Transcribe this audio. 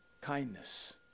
kindness